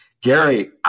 Gary